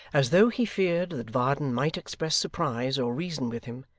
as though he feared that varden might express surprise, or reason with him,